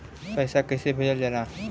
पैसा कैसे भेजल जाला?